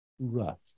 rough